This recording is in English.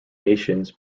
nations